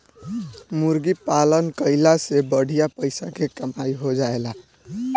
मुर्गी पालन कईला से बढ़िया पइसा के कमाई हो जाएला